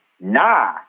nah